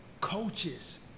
coaches